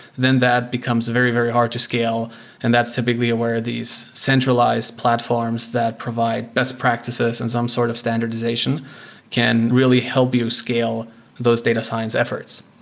then that becomes very, very hard to scale and that's typically where these centralized platforms that provide best practices in some sort of standardization can really help you scale those data science efforts.